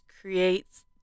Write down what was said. creates